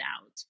out